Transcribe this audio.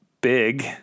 big